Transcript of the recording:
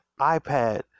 iPad